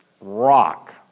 rock